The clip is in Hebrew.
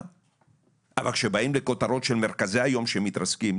כשבאים עם כותרת שמרכזי היום מתרסקים.